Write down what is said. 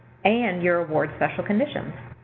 and your award special conditions.